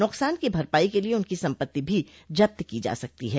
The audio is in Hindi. नुकसान की भरपाई के लिये उनकी सम्पत्ति भी जब्त को जा सकती है